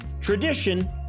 tradition